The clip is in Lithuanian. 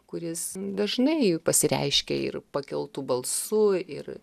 kuris dažnai pasireiškia ir pakeltu balsu ir